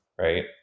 right